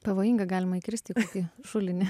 pavojinga galima įkrist į kokį šulinį